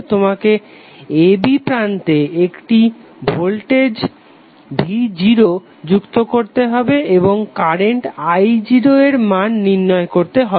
তোমাকে a b প্রান্তে একটি ভোল্টেজ v0 যুক্ত করতে হবে এবং কারেন্ট i0 এর মান নির্ণয় করতে হবে